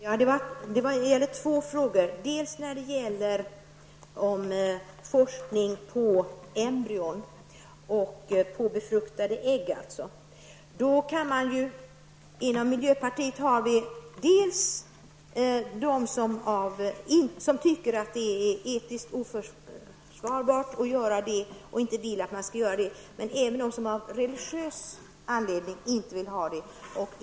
Herr talman! Det gäller två saker här. En fråga handlar om forskning beträffande embryon -- dvs. befruktade ägg. Inom miljöpartiet finns det personer som tycker att det här etiskt oförsvarbart och som inte vill att man skall forska på detta område. Men det finns också personer som på religiös grund inte vill ha en sådan här forskning.